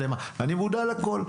אני מודע לכל.